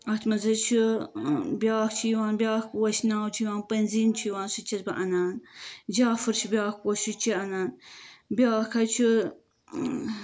اَتھ منٛز حظ چھُ بیاکھ چھُ یِوان بیاکھ پوش ناو چھُ یِوان پٔنزیٖن چھُ یِوان سُہ تہِ چھس بہٕ اَنان جافُر چھُ بیاکھ پوش سُہ تہِ چھِ اَنان بیاکھ حظ چھُ